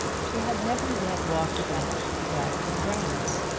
she had never yet walked about the bragton grounds.